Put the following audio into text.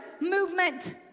movement